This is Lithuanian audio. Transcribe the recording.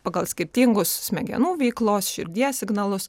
pagal skirtingus smegenų veiklos širdies signalus